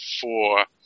four